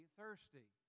thirsty